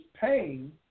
paying